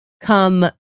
come